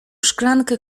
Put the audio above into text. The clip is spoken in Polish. szklankę